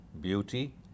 beauty